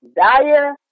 dire